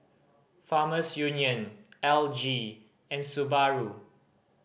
Farmers Union L G and Subaru